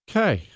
Okay